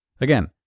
Again